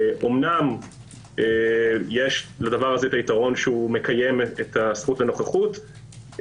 אמנם יש לזה היתרון שהוא מקיים את זכות הנוכחות,